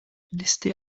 liste